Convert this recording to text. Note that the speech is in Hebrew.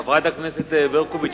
חברת הכנסת ברקוביץ,